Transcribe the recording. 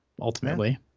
ultimately